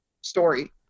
story